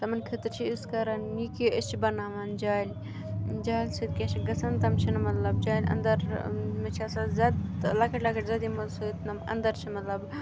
تِمَن خٲطرٕ چھِ أسۍ کَران یہِ کہِ أسۍ چھِ بَناوان جالہِ جالہِ سۭتۍ کیٛاہ چھِ گژھان تِم چھِنہٕ مطلب جالہِ اَندَر یِمَے چھِ آسان زدۍ لۄکٕٹۍ لۄکٕٹۍ زدۍ یِمَن سۭتۍ تِم اَندَر چھِ مطلب